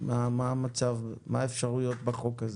מה האפשרויות בחוק הזה?